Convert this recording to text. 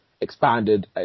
expanded